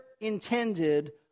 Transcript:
intended